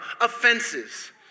offenses